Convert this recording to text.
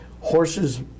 Horses